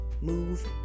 move